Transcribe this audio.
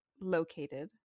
located